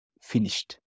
finished